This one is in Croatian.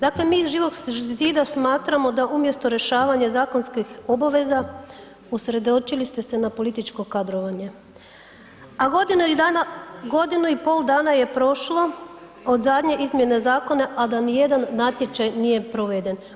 Dakle mi iz Živog zida smatramo da umjesto rješavanja zakonskih obaveza usredotočili ste se na političko kadrovanje, a godinu i pol dana je prošlo od zadnje izmjene zakona, a da nijedan natječaj nije proveden.